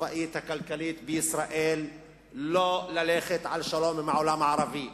הצבאית והכלכלית בישראל לא ללכת על שלום עם העולם הערבי.